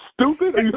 stupid